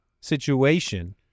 situation